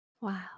Wow